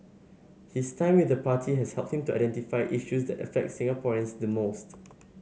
his time with the party has helped him to identify issues that affect Singaporeans most